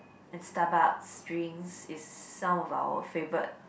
and Starbucks drinks is some of our favourite